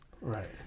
right